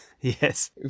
Yes